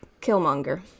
Killmonger